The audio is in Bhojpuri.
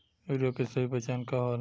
यूरिया के सही पहचान का होला?